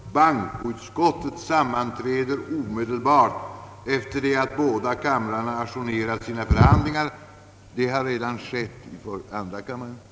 Bankoutskottet sammanträder omedelbart efter det att båda kamrarna ajournerat sina förhandlingar. Det har redan skett för andra kammaren.